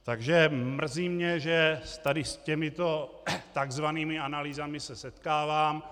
Takže mrzí mě, že se tady s těmito tzv. analýzami setkávám.